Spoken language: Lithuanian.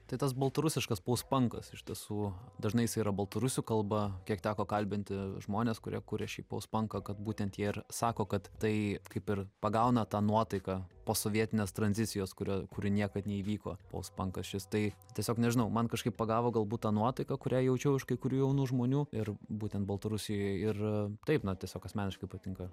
tai tas baltarusiškas paus pankas iš tiesų dažnai jisai yra baltarusių kalba kiek teko kalbinti žmones kurie kuria šį paus panką kad būtent jie sako kad tai kaip ir pagauna tą nuotaiką posovietinės tranzicijos kurio kuri niekad neįvyko paus pankas šis tai tiesiog nežinau man kažkaip pagavo galbūt ta nuotaika kurią jaučiau iš kai kurių jaunų žmonių ir būtent baltarusijoj ir taip na tiesiog asmeniškai patinka